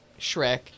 Shrek